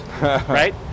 right